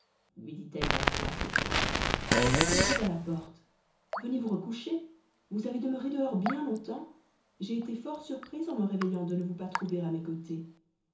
lui dit-elle d'un ton assez tendre que faites-vous à la porte venez vous recoucher vous avez demeuré dehors bien longtemps j'ai été fort surprise en me réveillant de ne vous pas trouver à mes côtés